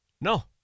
No